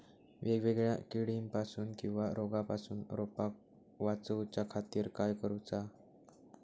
वेगवेगल्या किडीपासून किवा रोगापासून रोपाक वाचउच्या खातीर काय करूचा?